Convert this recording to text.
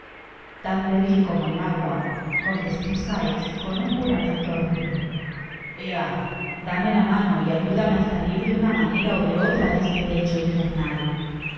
tan débil como el agua contestó sikes con un juramento horribleea dame la mano y ayúdame á salir de una manera ó de otra de este lecho infernal